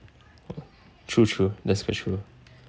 true true that's quite true